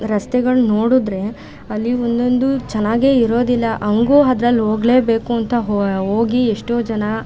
ರಸ್ತೆಗಳು ನೋಡಿದರೆ ಅಲ್ಲಿ ಒಂದೊಂದು ಚೆನ್ನಾಗೇ ಇರೋದಿಲ್ಲ ಹಂಗೂ ಅದ್ರಲ್ಲಿ ಹೋಗಲೇಬೇಕು ಅಂತ ಹೊಯ್ ಹೋಗಿ ಎಷ್ಟೋ ಜನ